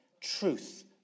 truth